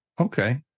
okay